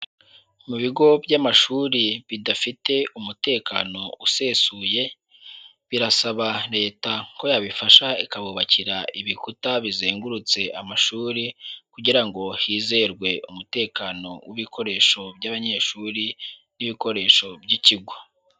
Mu bigo by'amashuri bidafite umutekano usesuye, birasaba Leta ko yabifasha ikabubakira ibikuta bizengurutse amashuri kugira ngo hizerwe umutekano w'ibikoresho by'abanyeshuri n'ibikoresho by'ikigo.